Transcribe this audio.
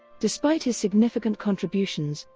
despite his significant contributions,